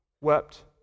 wept